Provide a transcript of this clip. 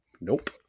Nope